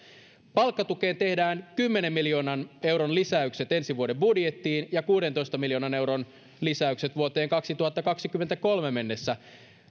palkkatukeen tehdään kymmenen miljoonan lisäykset ensi vuoden budjettiin ja kuudentoista miljoonan vuoteen kaksituhattakaksikymmentäkolme mennessä